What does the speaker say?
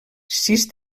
sis